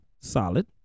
Solid